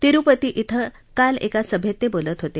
तिरुपती इथं काल एका सभेत ते बोलत होते